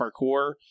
parkour